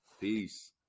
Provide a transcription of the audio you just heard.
peace